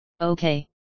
Okay